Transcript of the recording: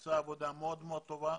עשה עבודה מאוד מאוד טובה.